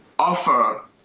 offer